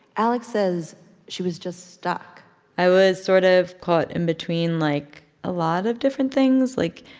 alex says she was just stuck i was sort of caught in between, like, a lot of different things. like,